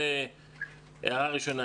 זו הערה ראשונה.